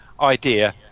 idea